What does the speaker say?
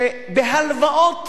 שבהלוואות,